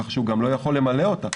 כך שהוא גם לא יכול למלא אותה,